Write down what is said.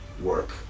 work